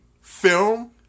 film